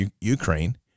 Ukraine